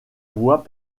voie